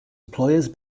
employers